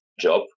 job